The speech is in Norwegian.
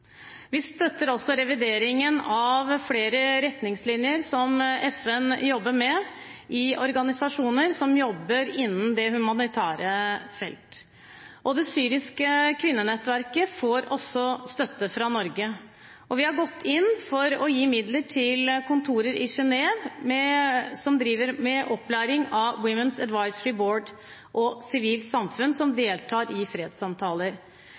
Vi støtter også revideringen av flere retningslinjer som FN jobber med i organisasjoner som jobber innen det humanitære feltet. Det syriske kvinnenettverket får også støtte fra Norge, og vi har gått inn for å gi midler til kontorer i Genève som driver med opplæring av Women’s Advisory Board, og sivilt samfunn som deltar i fredssamtaler.